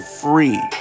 free